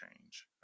change